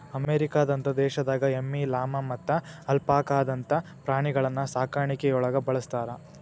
ಅಮೇರಿಕದಂತ ದೇಶದಾಗ ಎಮ್ಮಿ, ಲಾಮಾ ಮತ್ತ ಅಲ್ಪಾಕಾದಂತ ಪ್ರಾಣಿಗಳನ್ನ ಸಾಕಾಣಿಕೆಯೊಳಗ ಬಳಸ್ತಾರ